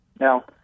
Now